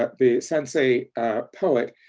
ah the sansei poet,